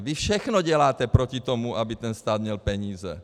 Vy všechno děláte proti tomu, aby ten stát měl peníze.